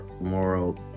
moral